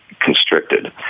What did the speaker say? constricted